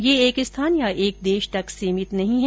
ये एक स्थान या एक देश तक सीमित नहीं हैं